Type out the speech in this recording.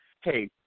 Hey